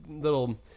little